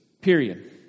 Period